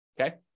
okay